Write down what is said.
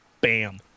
bam